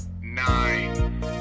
nine